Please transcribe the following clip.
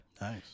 nice